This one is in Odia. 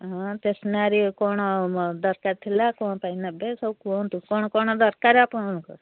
ହଁ ଷ୍ଟେସନାରୀ କ'ଣ ଦରକାର ଥିଲା କ'ଣ ପାଇଁ ନେବେ ସବୁ କୁହନ୍ତୁ କ'ଣ କ'ଣ ଦରକାର ଆପଣଙ୍କର